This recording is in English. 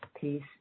peace